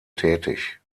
tätig